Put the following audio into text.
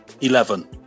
Eleven